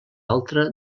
altra